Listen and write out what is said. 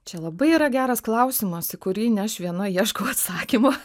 čia labai yra geras klausimas į kurį ne aš viena ieškau atsakymo